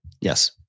Yes